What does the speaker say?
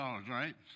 right